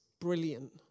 brilliant